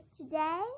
today